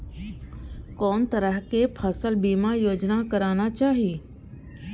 कोन तरह के फसल बीमा योजना कराना चाही?